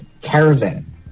caravan